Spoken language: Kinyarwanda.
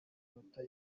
minota